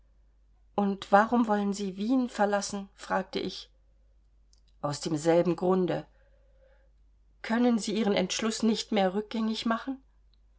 und warum wollen sie wien verlassen fragte ich aus demselben grunde können sie ihren entschluß nicht mehr rückgängig machen